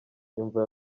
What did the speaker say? nyumva